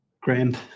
grand